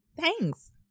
thanks